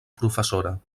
professora